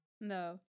No